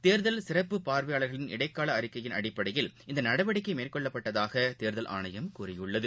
தேர்தல் சிறப்பு பார்வையாளர்களின் இடைக்கால அறிக்கையின் அடிப்படையில் இந்த நடவடிக்கை மேற்கொள்ளப்பட்டதாக தேர்தல் ஆணையம் கூறியுள்ளது